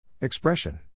Expression